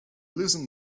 loosened